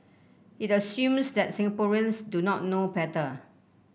it assumes that Singaporeans do not know better